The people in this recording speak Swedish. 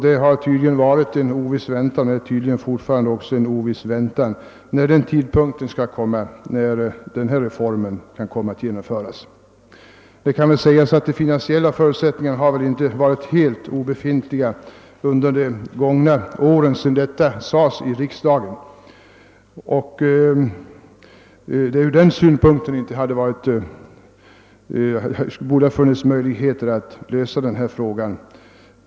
Det har tydligen varit och är fortfarande en oviss väntan, när den tidpunkt skall komma, då denna reform skall kunna genomföras. Det kan väl sägas att finansiella förutsättningar inte har varit helt obefintliga under de gångna åren sedan detta sades i riksdagen, så att ur den synpunkten det inte borde ha saknats möjligheter att lösa denna fråga.